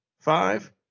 five